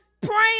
praying